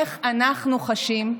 איך אנחנו חשים,